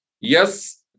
Yes